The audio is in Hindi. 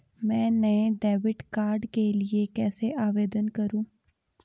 मैं नए डेबिट कार्ड के लिए कैसे आवेदन करूं?